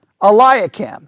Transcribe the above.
Eliakim